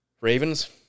Ravens